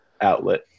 outlet